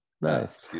Nice